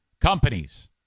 companies